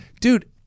dude